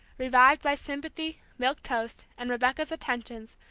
revived by sympathy, milk toast, and rebecca's attentions,